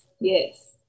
yes